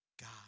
God